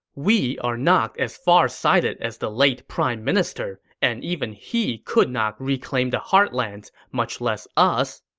we are not as farsighted as the late prime minister, and even he could not reclaim the heartlands, much less us.